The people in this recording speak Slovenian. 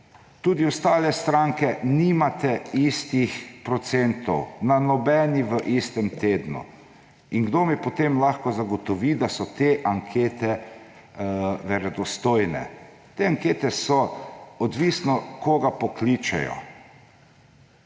Tudi ostale stranke nimate istih procentov na nobeni v istem tednu. In kdo mi potem lahko zagotovi, da so te ankete verodostojne? Pri teh anketah je odvisno, koga pokličejo.